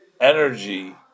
energy